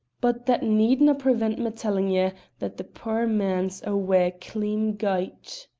but that needna' prevent me tellin' ye that the puir man's awa' clean gyte.